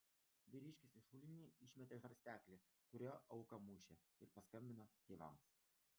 vyriškis į šulinį išmetė žarsteklį kuriuo auką mušė ir paskambino tėvams